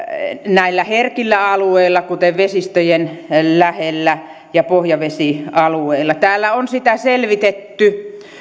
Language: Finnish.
näillä herkillä alueilla kuten vesistöjen lähellä ja pohjavesialueilla täällä on sitä selvitetty